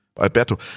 Alberto